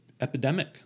epidemic